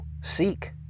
seek